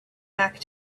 back